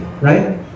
right